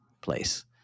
place